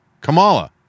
Kamala